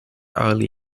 early